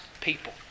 people